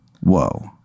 Whoa